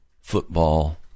football